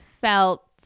felt